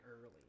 early